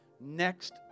next